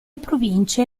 province